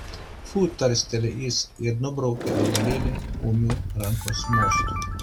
fu tarsteli jis ir nubraukia vabalėlį ūmiu rankos mostu